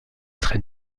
traits